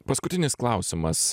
paskutinis klausimas